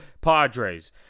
Padres